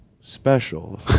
special